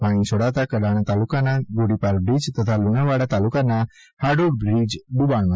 પાણી છોડાતા કડાણા તાલુકાના ઘોડીપાર બ્રીજ તથા લુણાવાડા તાલુકાના હાડોડ બ્રીજ ડ્રબાણમાં જશે